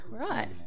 right